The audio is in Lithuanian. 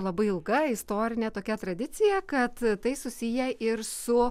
labai ilga istorinė tokia tradicija kad tai susiję ir su